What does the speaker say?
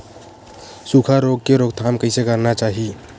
सुखा रोग के रोकथाम कइसे करना चाही?